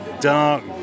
dark